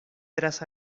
tras